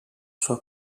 sua